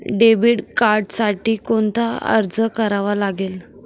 Debit कार्डसाठी कोणता अर्ज करावा लागेल?